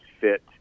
fit